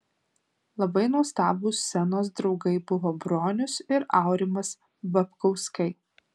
labai nuostabūs scenos draugai buvo bronius ir aurimas babkauskai